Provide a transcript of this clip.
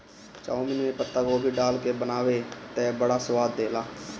chowmein में पातगोभी डाल के बनावअ तअ बड़ा स्वाद देला